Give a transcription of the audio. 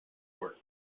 work